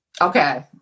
Okay